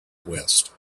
west